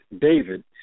David